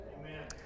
Amen